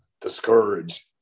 discouraged